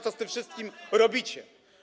co z tym wszystkim robicie.